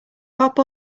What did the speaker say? pop